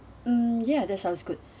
hmm yeah that sounds good